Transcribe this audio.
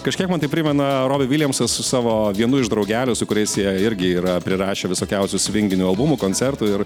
kažkiek man tai primena robį viljamsą su savo vienu iš draugelių su kuriais jie irgi yra prirašę visokiausių svinginių albumų koncertų ir